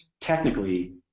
technically